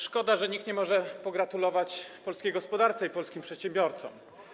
Szkoda, że nikt nie może pogratulować polskiej gospodarce i polskim przedsiębiorcom.